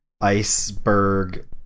iceberg